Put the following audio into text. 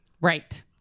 Right